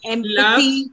Empathy